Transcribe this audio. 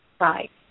Right